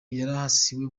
yarasiwe